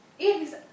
Yes